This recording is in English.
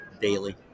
daily